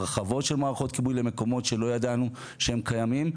הרחבות של מערכות כיבוי למקומות שלא ידענו שהם קיימים.